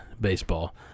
baseball